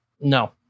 No